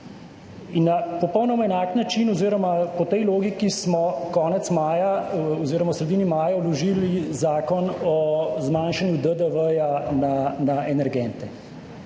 In na popolnoma enak način oziroma po tej logiki smo konec maja oziroma v sredini maja vložili zakon o zmanjšanju DDV za energente.